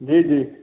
जी जी